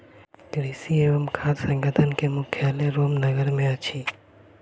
कृषि एवं खाद्य संगठन के मुख्यालय रोम नगर मे अछि